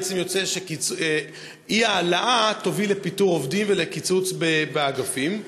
בעצם יוצא שאי-העלאה תוביל לפיטורי עובדים ולקיצוץ באגפים.